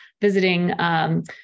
visiting